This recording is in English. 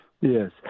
Yes